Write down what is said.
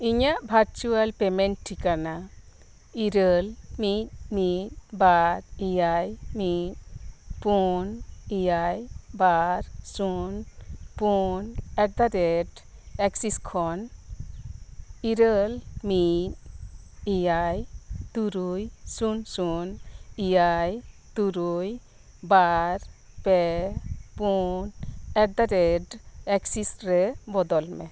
ᱤᱧᱟᱹᱜ virtual payment ᱴᱷᱤᱠᱟᱱᱟ ᱤᱨᱟᱹᱞ ᱢᱤᱫ ᱢᱤᱫ ᱵᱟᱨ ᱮᱭᱟᱭ ᱢᱤᱫ ᱯᱩᱱ ᱮᱭᱟᱭ ᱵᱟᱨ ᱥᱩᱱ ᱯᱩᱱ ᱮᱴᱫᱟᱼᱨᱮᱹᱴ ᱮᱠᱥᱤᱥ ᱠᱷᱚᱱ ᱤᱨᱟᱹᱞ ᱢᱤᱫ ᱮᱭᱟᱭ ᱛᱩᱨᱩᱭ ᱥᱩᱱ ᱥᱩᱱ ᱮᱭᱟᱭ ᱛᱩᱨᱩᱭ ᱵᱟᱨ ᱯᱮ ᱯᱩᱱ ᱮᱴᱫᱟᱼᱨᱮᱹᱴ ᱮᱠᱥᱤᱥ ᱨᱮ ᱵᱚᱫᱚᱞ ᱢᱮ